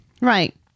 right